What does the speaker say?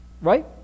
Right